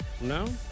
No